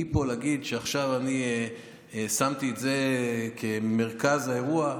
מפה להגיד שעכשיו אני שמתי את זה כמרכז האירוע?